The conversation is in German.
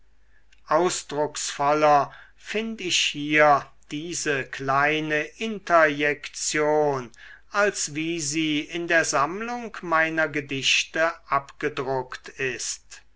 ausdrucksvoller find ich hier diese kleine interjektion als wie sie in der sammlung meiner gedichte abgedruckt ist